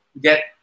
get